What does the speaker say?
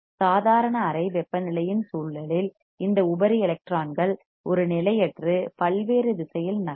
சாதாரண அறை வெப்பநிலையின் சூழலில் இந்த உபரி எலக்ட்ரான்கள் ஒரு நிலையற்று பல்வேறு திசையில் நகரும்